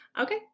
Okay